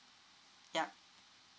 yup